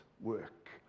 work